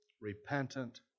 repentant